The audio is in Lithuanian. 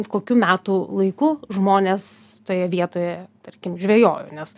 kokiu metų laiku žmonės toje vietoje tarkim žvejojo nes